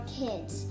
kids